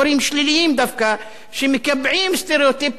שמקבעים סטריאוטיפים ודעות קדומות על ערבים,